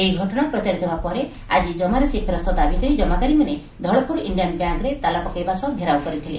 ଏହି ଘଟଣା ପ୍ରଚାରିତ ହେବା ପରେ ଆକି ଜମାରାଶି ଫେରସ୍ତ ଦାବୀକରି ଜମାକାରୀମାନେ ଧଳପୁର ଇଣ୍ଡିଆନ ବ୍ୟାଙ୍କରେ ତାଲା ପକାଇବା ସହ ଘେରାଓ କରିଥିଲେ